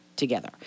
together